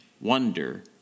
Wonder